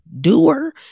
doer